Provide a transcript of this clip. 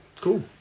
cool